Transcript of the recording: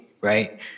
right